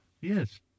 Yes